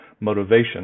motivation